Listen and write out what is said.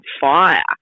fire